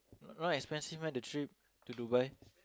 not expensive meh the trip to Dubai